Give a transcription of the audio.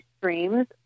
streams